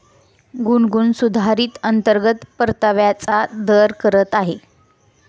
गुनगुन सुधारित अंतर्गत परताव्याचा दर करत आहे